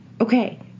Okay